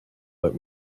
that